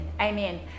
amen